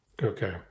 Okay